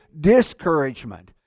discouragement